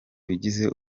bigize